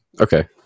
Okay